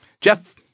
Jeff